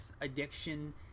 addiction